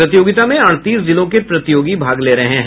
प्रतियोगिता में अड़तीस जिलों के प्रतियोगी भाग ले रहे हैं